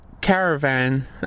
caravan